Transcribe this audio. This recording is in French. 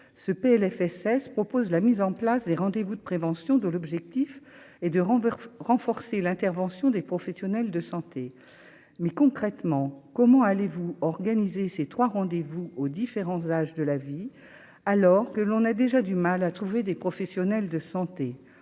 ce PLFSS propose la mise en place des rendez vous de prévention de l'objectif est de renverser renforcer l'intervention des professionnels de santé, mais concrètement, comment allez-vous organiser ces 3 rendez-vous aux différents âges de la vie, alors que l'on a déjà du mal à trouver des professionnels de santé,